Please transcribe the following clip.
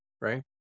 right